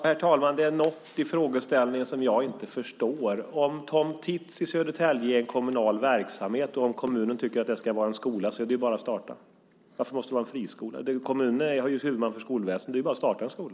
Herr talman! Det är något i frågeställningen som jag inte förstår. Om Tom Tits i Södertälje är en kommunal verksamhet, och om kommunen tycker att det ska vara en skola, är det bara att starta en skola. Varför måste det vara en friskola? Kommunen är ju huvudman för skolväsendet, och då är det bara att starta en skola.